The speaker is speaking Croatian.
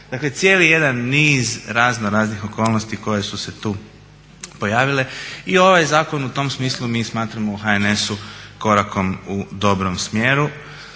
Dakle, cijeli jedan niz razno raznih okolnosti koje su se tu pojavile i ovaj zakon u tom smislu mi smatramo u HNS-u korakom u dobrom smjeru.